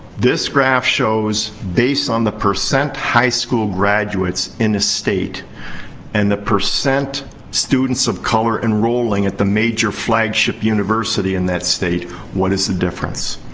this graph shows, based on the percent high school graduates in a state and the percent students of color enrolling at the major flagship university in that state, what is the difference.